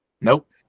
Nope